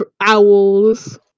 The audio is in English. owls